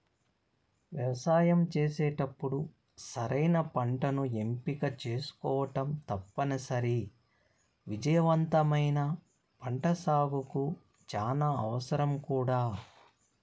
వ్యవసాయం చేసేటప్పుడు సరైన పంటను ఎంపిక చేసుకోవటం తప్పనిసరి, విజయవంతమైన పంటసాగుకు చానా అవసరం కూడా